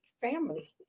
family